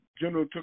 General